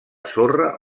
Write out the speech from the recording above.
sorra